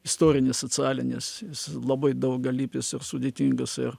istorinis socialinis jis labai daugialypis ir sudėtingas ir